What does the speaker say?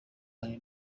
hari